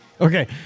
Okay